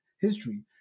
history